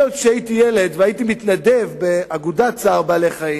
עוד כשהייתי ילד והייתי מתנדב באגודת צער בעלי-חיים,